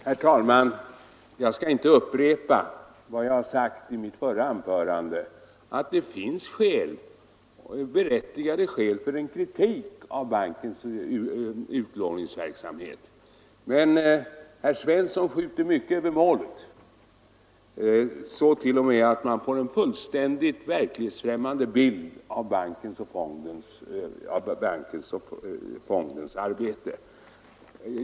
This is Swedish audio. Herr talman! Jag skall inte upprepa allt vad jag sagt i mitt förra anförande om att det finns skäl och berättigade skäl för en kritik av Världsbankens utlåningsverksamhet. Men herr Svensson i Malmö skjuter mycket över målet — så mycket t.o.m. att man får en fullständigt verklighetsfrämmande bild av bankens och fondens arbete.